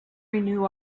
renew